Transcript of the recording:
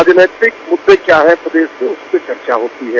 राजनैतिक मुद्दे क्या है प्रदेश के उसपे चर्चा होती है